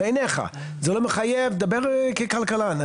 בעיניך, זה לא מחייב, דבר ככלכלן.